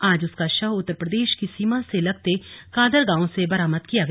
आज उसका शव उत्तर प्रदेश की सीमा से लगते कादर गांव से बरामद किया गया